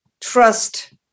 trust